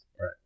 right